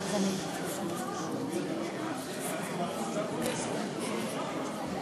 מובן שלא היו לנו אשליות גדולות שוועדת השרים תהיה